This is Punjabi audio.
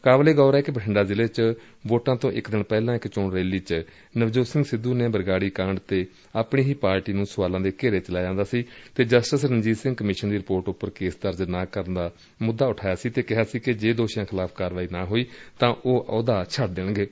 ਕਾਬਿਲ ਏ ਗੌਰ ਏ ਕਿ ਬਠਿੰਡਾ ਜ਼ਿਲ੍ਹੇ ਚ ਵੋਟਾਂ ਤੋ ਇਕ ਦਿਨ ਪਹਿਲਾਂ ਇਕ ਚੋਣ ਰੈਲੀ ਚ ਨਵਜੋਤ ਸਿੰਘ ਸਿੱਧੂ ਨੇ ਬਰਗਾਡੀ ਕਾਂਡ ਤੇ ਆਪਣੀ ਹੀ ਪਾਰਟੀ ਨੂੰ ਸੁਆਲਾਂ ਦੇ ਘੇਰੇ ਚ ਲੈ ਆਂਦਾ ਸੀ ਅਤੇ ਜਸਟਿਸ ਰਣਜੀਤ ਸਿੰਘ ਕਮਿਸ਼ਨ ਦੀ ਰਿਪੋਰਟ ਉਪਰ ਕੇਸ ਦਰਜ ਨਾ ਕਰਨ ਦਾ ਮੁੱਦਾ ਉਠਾਇਆ ਸੀ ਅਤੇ ਕਿਹਾ ਸੀ ਕਿ ਜੇ ਦੋਸ਼ੀਆਂ ਖਿਲਾਫ਼ ਕਾਰਵਾਈ ਨਾ ਹੋਈ ਤਾਂ ਉਹ ਆਪਣਾ ਆਹੁਦਾ ਛੱਡ ਦੇਣਗੇ